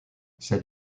c’est